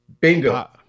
Bingo